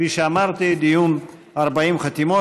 כפי שאמרתי, דיון 40 חתימות.